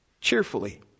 cheerfully